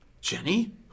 Jenny